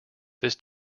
this